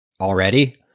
already